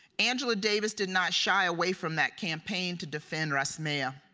angela davis did not shy away from that campaign to defend rasmea.